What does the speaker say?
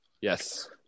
Yes